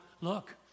look